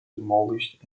demolished